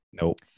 Nope